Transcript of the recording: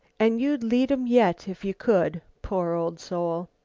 and you'd lead em yet if you could, poor old soul!